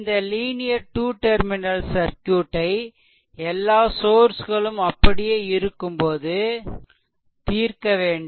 இந்த linear two terminal circuit ஐ எல்லா சோர்ஸ் களும் அப்படியே இருக்கும்போது தீர்க்க வேண்டும்